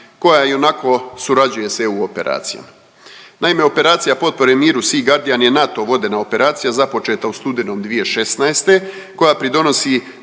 koja ionako surađuje s EU operacijama. Naime operacija potpore miru Sea guardian je NATO vodena operacija započeta u studenom 2016. koja pridonosi